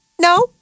No